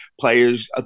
players